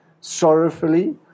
sorrowfully